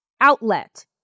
Outlet